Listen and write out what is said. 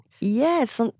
Yes